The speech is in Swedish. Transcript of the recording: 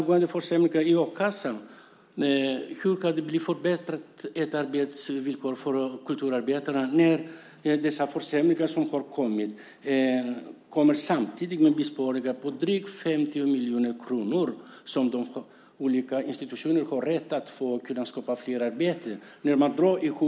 Herr talman! Hur kan det bli förbättrade arbetsvillkor för kulturarbetarna när de försämringar som har kommit kommer samtidigt med besparingar på drygt 50 miljoner kronor som de olika institutionerna har rätt att få för att skapa fler arbeten?